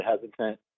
hesitant